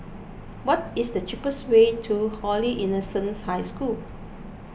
what is the cheapest way to Holy Innocents' High School